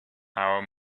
our